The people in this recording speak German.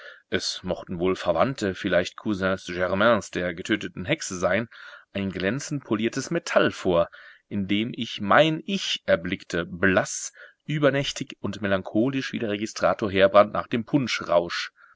es mochten wohl verwandte vielleicht cousins germains der getöteten hexe sein ein glänzend poliertes metall vor in dem ich mein ich erblickte blaß übernächtig und melancholisch wie der registrator heerbrand nach dem punsch rausch